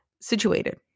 situated